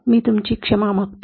मी तुमची क्षमा मागतो